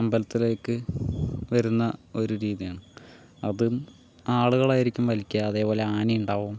അമ്പലത്തിലേക്ക് വരുന്ന ഒരു രീതിയാണ് അതും ആളുകളായിരിക്കും വലിക്കുക അതേപോലെ ആനയുണ്ടാവും